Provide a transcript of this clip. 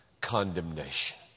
condemnation